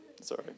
Sorry